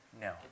no